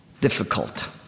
difficult